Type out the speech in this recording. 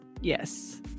Yes